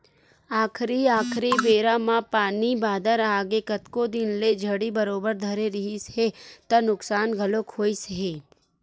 आखरी आखरी बेरा म पानी बादर आगे कतको दिन ले झड़ी बरोबर धरे रिहिस हे त नुकसान घलोक होइस हे